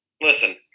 listen